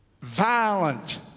Violent